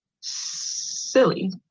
silly